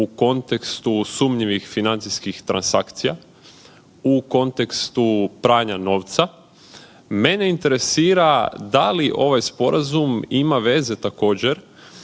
u kontekstu sumnjivih financijskih transakcija u kontekstu pranja novca, mene interesira da li ovaj sporazum ima veze također